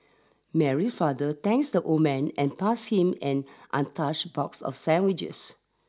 Mary's father thanks the old man and pass him an untouched box of sandwiches